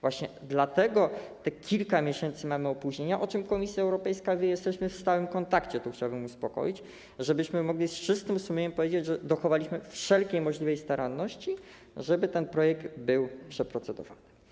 Właśnie dlatego mamy te kilka miesięcy opóźnienia, o czym Komisja Europejska wie - jesteśmy w stałym kontakcie, tu chciałbym uspokoić - żebyśmy mogli z czystym sumieniem powiedzieć, że dochowaliśmy wszelkiej możliwej staranności, żeby ten projekt był przeprocedowany.